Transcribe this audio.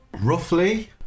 Roughly